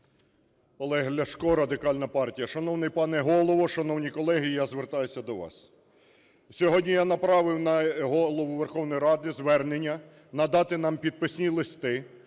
Олег Ляшко, Радикальна партія. Шановний пане Голово, шановні колеги, я звертаюся до вас. Сьогодні я направив на Голову Верховної Ради звернення надати нам підписні листи